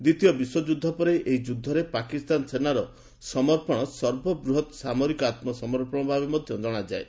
ଦ୍ୱିତୀୟ ବିଶ୍ୱଯୁଦ୍ଧ ପରେ ଏହି ଯୁଦ୍ଧରେ ପାକିସ୍ତାନ ସେନାର ସମର୍ପଶ ସର୍ବବୃହତ୍ ସାମରିକ ଆତ୍ମସମର୍ପଣ ଭାବେ ମଧ୍ୟ କଣାଯାଏ